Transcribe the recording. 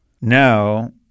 Now